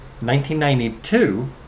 1992